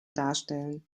darstellen